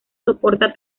soporta